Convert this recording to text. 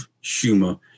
humor